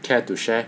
care to share